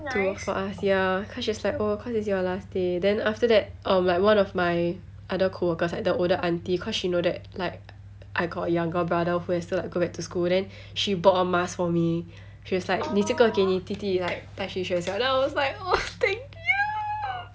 to work for us ya cause she was like oh cause it's your last day then after that um like one of my other co-workers like the older aunty cause she know that like I got younger brother who has to like go back to school then she bought a mask for me she was like 你这个给你弟弟 like 带去学校 then I was like oh thank you